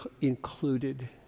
included